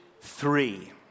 three